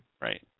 Right